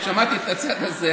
את הצד הזה,